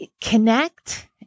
connect